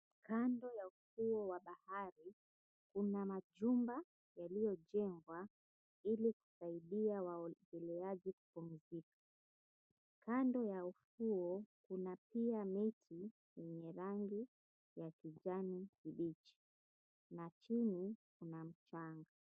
Kando ya ufuo wa bahari, kuna majumba yaliyojengwa ili kusaidia waogeleaji kupumzika. Kando ya ufuo, kuna pia miti yenye rangi ya kijani kibichi na chini kuna mchanga.